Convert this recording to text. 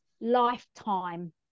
lifetime